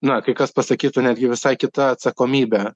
na kai kas pasakytų netgi visai kita atsakomybe